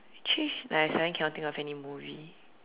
actually I suddenly cannot think of any movie